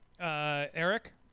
Eric